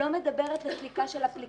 לא מדברת על סליקה של אפליקציות.